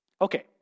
Okay